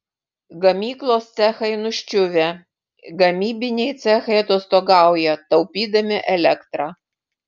gamyklos cechai nuščiuvę gamybiniai cechai atostogauja taupydami elektrą